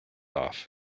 off